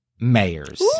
mayors